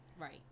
right